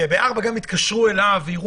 וב-16:00 גם יתקשרו אליו.